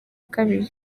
kabiri